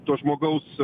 to žmogaus